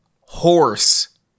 horse